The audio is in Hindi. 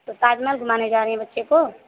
तो ताजमहल घुमाने जा रही हैं बच्चे को